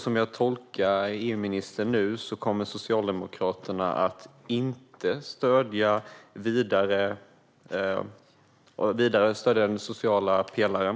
Som jag tolkar EU-ministern nu kommer Socialdemokraterna alltså inte vidare att stödja den sociala pelaren.